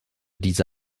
diese